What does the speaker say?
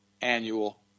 Annual